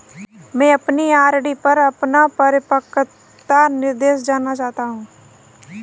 मैं अपनी आर.डी पर अपना परिपक्वता निर्देश जानना चाहता हूँ